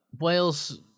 Wales